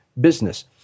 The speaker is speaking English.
business